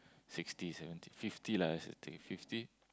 sixty seventy fifty lah let's say take fifty